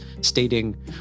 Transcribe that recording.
stating